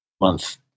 month